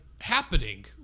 happening